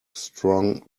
strong